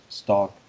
stock